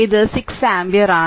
ഇത് 6 ആമ്പിയർ ആണ്